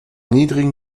niedrigen